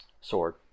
Sword